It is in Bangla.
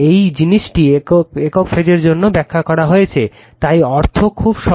এই জিনিসটি একক ফেজের জন্যও ব্যাখ্যা করা হয়েছে তাই অর্থ খুব সহজ